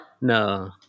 No